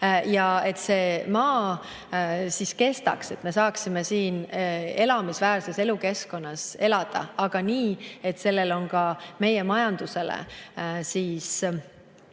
nii et see maa kestaks ja me saaksime siin elamisväärses elukeskkonnas elada, aga nii, et sellel on efekt ka meie majandusele.